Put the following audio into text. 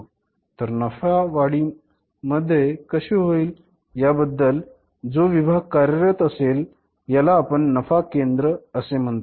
तर नफ्या मध्ये वाढ कशी होईल या बद्दल जो विभाग कार्यरत असेल याला आपण नफा केंद्र असे म्हणतो